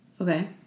okay